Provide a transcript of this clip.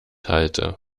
halte